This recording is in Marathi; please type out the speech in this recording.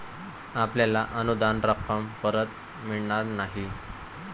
आपल्याला अनुदान रक्कम परत मिळणार नाही